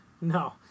No